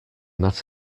that